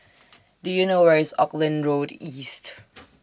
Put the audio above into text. Do YOU know Where IS Auckland Road East